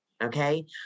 okay